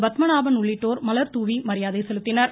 பத்மநாபன் உள்ளிட்டோர் மலர் தூவி மரியாதை செலுத்தினர்